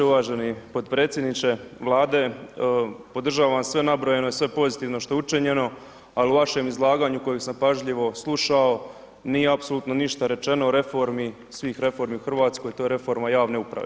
Uvaženi potpredsjedniče Vlade, podržavam sve nabrojeno i sve pozitivno što je učinjeno ali u vašem izlaganju kojeg sam pažljivo slušao nije apsolutno ništa rečeno o reformi svih reformi u Hrvatskoj, to je reforma javne uprave.